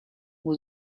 who